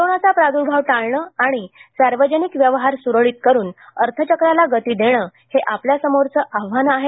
कोरोनाचा प्रादुर्भाव टाळणं आणि सार्वजनिक व्यवहार सुरळीत करून अर्थचक्राला गती देणं हे आपल्यासमोरचे आव्हानं आहेत